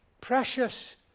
Precious